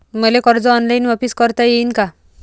मले कर्ज ऑनलाईन वापिस करता येईन का?